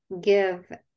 give